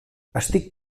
estic